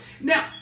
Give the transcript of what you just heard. Now